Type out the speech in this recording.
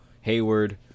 Hayward